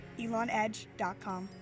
elonedge.com